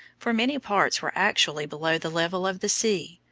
for many parts were actually below the level of the sea.